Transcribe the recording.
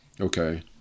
Okay